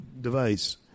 device